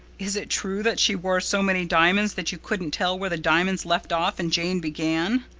is it true that she wore so many diamonds that you couldn't tell where the diamonds left off and jane began?